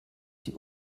die